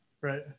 right